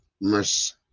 mercy